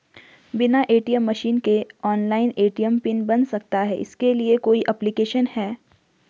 बिना ATM machine के online ATM pin बन सकता है इसके लिए कोई ऐप्लिकेशन है?